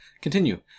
Continue